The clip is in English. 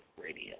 Radio